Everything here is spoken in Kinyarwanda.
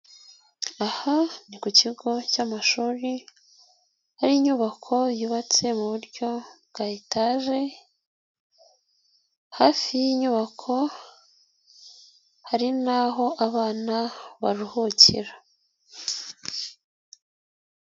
Aha ni ku kigo cy'amashuri hari inyubako yubatse mu buryo bwa etaje hafi y'inyubako hari n'aho abana baruhukira.